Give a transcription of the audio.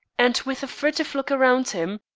and with a furtive look around him,